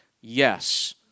yes